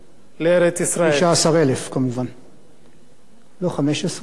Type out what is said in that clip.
לא 15 אלא 15,000, כמובן.